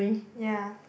ya